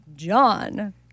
John